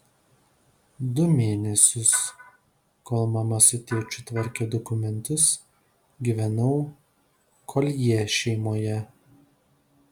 du mėnesius kol mama su tėčiu tvarkė dokumentus gyvenau koljė šeimoje